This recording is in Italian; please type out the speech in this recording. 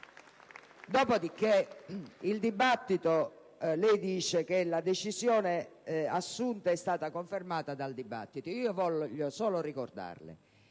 dopodiché, lei dice che la decisione assunta è stata confermata dal dibattito. Voglio solo ricordarle